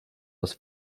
aus